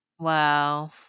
Wow